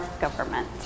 government